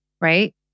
right